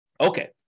Okay